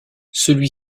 celui